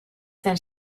zen